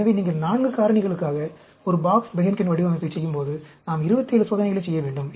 எனவே நீங்கள் 4 காரணிகளுக்காக ஒரு பாக்ஸ் பெஹன்கென் வடிவமைப்பைச் செய்யும்போது நாம் 27 சோதனைகளைச் செய்ய வேண்டும்